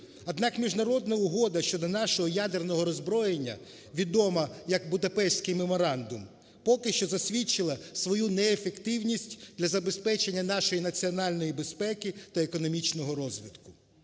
Однак міжнародна угода щодо нашого ядерного роззброєння, відома як Будапештський меморандум, поки що засвідчила свою неефективність для забезпечення нашої національної безпеки та економічного розвитку.